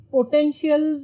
Potential